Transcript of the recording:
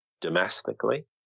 domestically